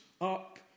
up